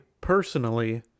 personally